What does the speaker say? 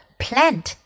plant